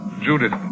Judith